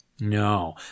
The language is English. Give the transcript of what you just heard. No